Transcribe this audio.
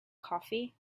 coffee